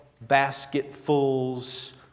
basketfuls